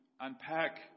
unpack